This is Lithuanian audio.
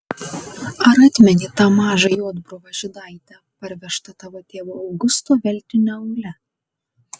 ar atmeni tą mažą juodbruvą žydaitę parvežtą tavo tėvo augusto veltinio aule